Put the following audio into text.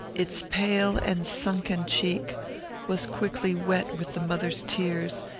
its pale and sunken cheek was quickly wet with the mother's tears,